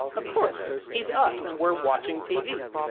of course. he's us, and we're watching tv.